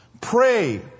Pray